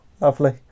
lovely